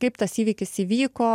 kaip tas įvykis įvyko